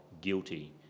guilty